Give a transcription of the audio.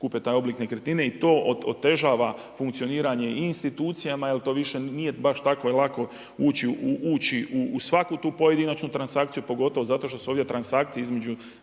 kupe taj oblik nekretnine. I to otežava funkcioniranja i institucijama jer to više nije baš tako lako ući u svaku tu pojedinačnu transakciju pogotovo zato što su ovdje transakcije između